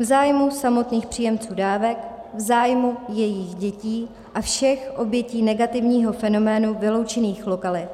V zájmu samotných příjemců dávek, v zájmu jejich dětí a všech obětí negativního fenoménu vyloučených lokalit,